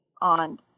on